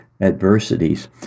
adversities